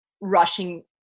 rushing